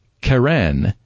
karen